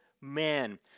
man